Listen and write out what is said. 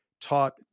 taught